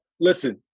listen